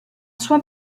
soin